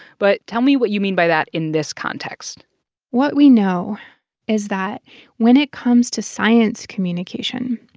but tell me what you mean by that in this context what we know is that when it comes to science communication,